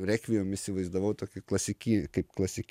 rekviem įsivaizdavau tokį klasikinį kaip klasik